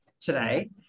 today